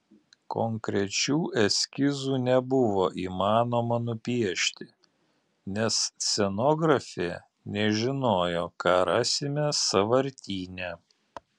konkrečių eskizų nebuvo įmanoma nupiešti nes scenografė nežinojo ką rasime sąvartyne